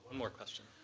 more question.